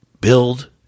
build